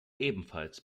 ebenfalls